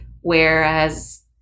Whereas